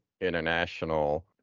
international